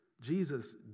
Jesus